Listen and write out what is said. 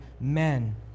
men